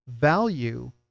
value